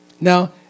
Now